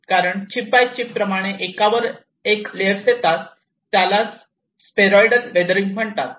कारण chip by chip प्रमाणे एकावर एक लेअर्स पुन्हा येतच राहतात याला स्फेरॉइडल वेदरिंग म्हणतात